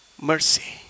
Mercy